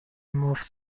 مفت